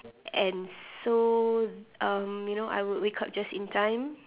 and so you know um I would wake up just in time